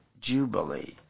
jubilee